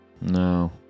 No